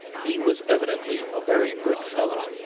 he was evidently a very good fellow,